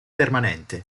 permanente